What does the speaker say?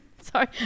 Sorry